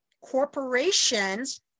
corporations